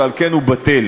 ועל כן הוא בטל.